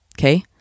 Okay